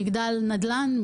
מגדל נדל"ן?